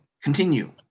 continue